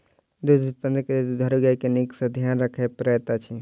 दूध उत्पादन लेल दुधारू गाय के नीक सॅ ध्यान राखय पड़ैत अछि